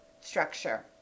structure